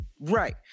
Right